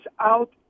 out